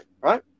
right